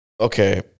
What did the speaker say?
Okay